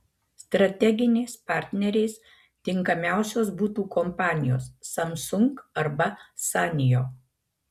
strateginiais partneriais tinkamiausios būtų kompanijos samsung arba sanyo